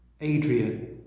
Adrian